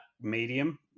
medium